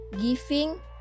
giving